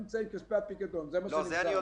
זה אני יודע.